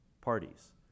parties